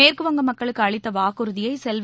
மேற்குவங்க மக்களுக்கு அளித்த வாக்குறுதியை செல்வி